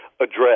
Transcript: address